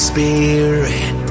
Spirit